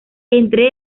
entre